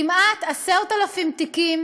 כמעט 10,000 תיקים,